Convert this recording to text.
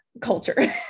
culture